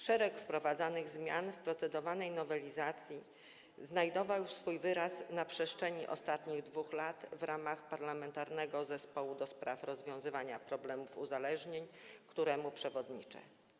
Szereg wprowadzanych zmian w procedowanej nowelizacji znajdował swój wyraz na przestrzeni ostatnich 2 lat w pracach Parlamentarnego Zespołu ds. Rozwiązywania Problemów Uzależnień, któremu przewodniczę.